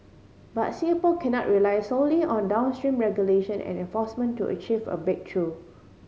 but Singapore cannot rely solely on downstream regulation and enforcement to achieve a breakthrough